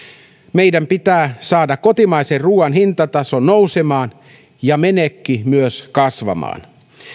meidän pitää saada kotimaisen ruuan hintataso nousemaan ja myös menekki kasvamaan